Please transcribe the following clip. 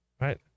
right